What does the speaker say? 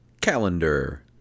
calendar